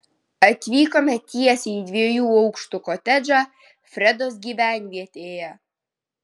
atvykome tiesiai į dviejų aukštų kotedžą fredos gyvenvietėje